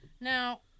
Now